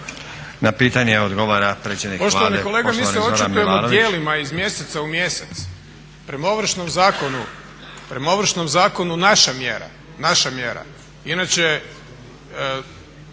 Na pitanje odgovara predsjednik Vlade, poštovani Zoran Milanović.